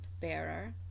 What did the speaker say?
bearer